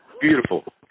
Beautiful